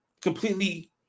completely